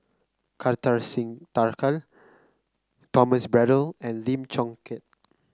Kartar Singh Thakral Thomas Braddell and Lim Chong Keat